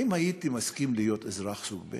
האם הייתי מסכים להיות אזרח סוג ב'?